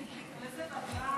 איזה בדרן.